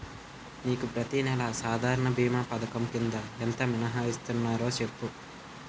నీకు ప్రతి నెల సాధారణ భీమా పధకం కింద ఎంత మినహాయిస్తన్నారో సెప్పు